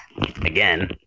again